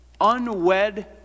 unwed